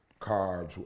carbs